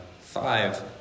five